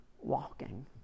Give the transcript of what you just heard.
walking